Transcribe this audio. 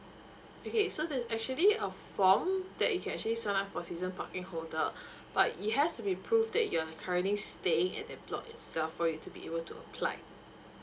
okay so there's actually a form that you can actually sign up for season parking holder but it have to be proved that you are currently staying at the block itself for you to be able to apply